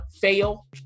fail